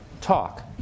talk